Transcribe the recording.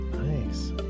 Nice